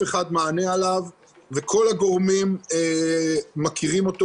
אחד מענה עליו וכל הגורמים מכירים אותו,